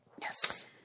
Yes